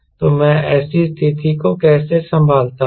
तो मैं ऐसी स्थिति को कैसे संभालता हूं